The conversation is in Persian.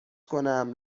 کنم